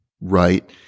Right